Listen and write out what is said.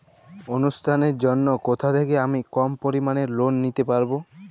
অনুষ্ঠানের জন্য কোথা থেকে আমি কম পরিমাণের লোন নিতে পারব?